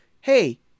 Hey